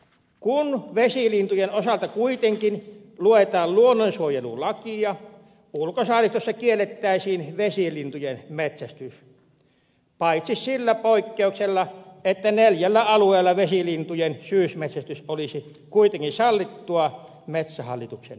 kun vesilintujen osalta kuitenkin luetaan luonnonsuojelulakia ulkosaaristossa kiellettäisiin vesilintujen metsästys sillä poikkeuksella että neljällä alueella vesilintujen syysmetsästys olisi kuitenkin sallittua metsähallituksen luvilla